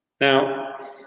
Now